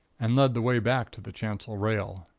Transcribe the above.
and led the way back to the chancel rail.